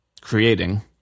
creating